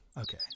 okay